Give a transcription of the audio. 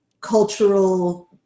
cultural